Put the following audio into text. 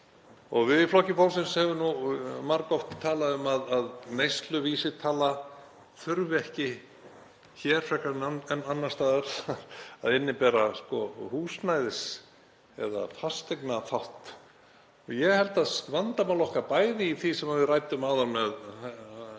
Við í Flokki fólksins höfum nú margoft talað um að neysluvísitala þurfi ekki hér frekar en annars staðar að innibera húsnæðis- eða fasteignaþátt. Ég held að vandamál okkar, bæði í því sem við ræddum áðan með